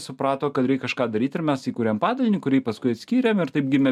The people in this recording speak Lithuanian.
suprato kad reik kažką daryt ir mes įkūrėm padalinį kurį paskui atskyrėm ir taip gimė